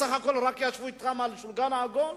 בסך הכול רק ישבו אתם ליד שולחן עגול?